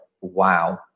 wow